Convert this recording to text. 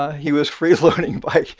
he was freeloading by,